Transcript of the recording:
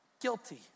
guilty